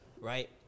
right